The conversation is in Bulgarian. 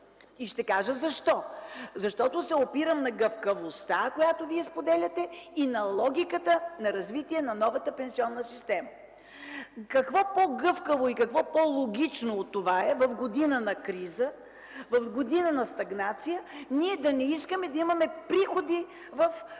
И ще кажа защо. Защото се опирам на гъвкавостта, която вие споделяте, и на логиката на развитие на новата пенсионна система. Какво по-гъвкаво и какво по-логично от това? В година на криза, на стагнация ние да не искаме да имаме приходи в